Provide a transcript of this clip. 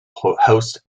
host